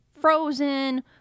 Frozen